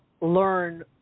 learn